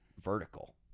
vertical